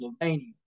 Slovenia